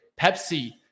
Pepsi